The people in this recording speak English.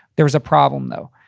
there was a problem though.